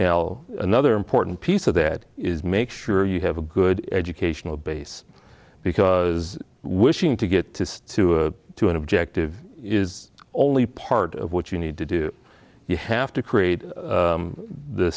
now another important piece of that is make sure you have a good educational base because wishing to get to to a to an objective is only part of what you need to do you have to create